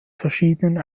verschiedenen